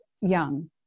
young